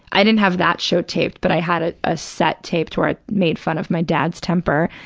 i didn't have that show taped but i had a ah set taped where i made fun of my dad's temper,